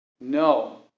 No